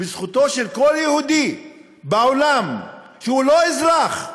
בזכותו של כל יהודי בעולם, שהוא לא אזרח,